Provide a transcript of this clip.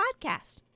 podcast